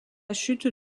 chute